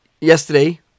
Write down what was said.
Yesterday